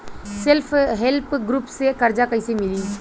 Self help group से कर्जा कईसे मिली?